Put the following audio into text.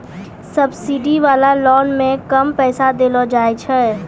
subsidy वाला loan मे कम पैसा देलो जाय छै